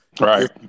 Right